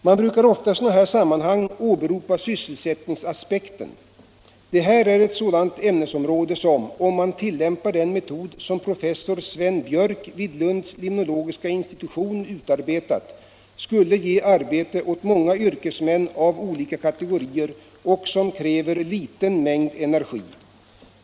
Man brukar ofta i sådana här sammanhang åberopa sysselsättningsaspekten. Det här är ett sådant ämnesområde som, om man tillämpar den metod som professor Sven Björk vid Lunds limnologiska institution utarbetat, skulle ge arbete åt många yrkesmän av olika kategorier och som kräver liten mängd energi.